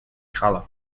color